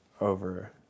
over